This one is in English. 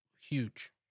Huge